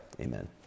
Amen